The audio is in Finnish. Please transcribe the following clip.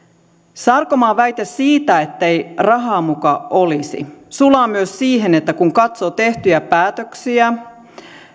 sarkomaan väite siitä ettei rahaa muka olisi sulaa myös siihen että kun katsoo tehtyjä päätöksiä